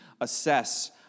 assess